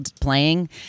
playing